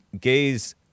gays